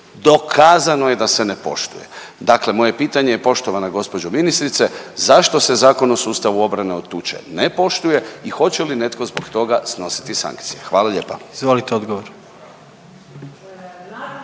Dokazano je da se ne poštuje. Dakle, moje pitanje je poštovana gospođo ministrice zašto se Zakon o sustavu obrane od tuče ne poštuje i hoće li netko zbog toga snositi sankcije? Hvala lijepa. **Jandroković,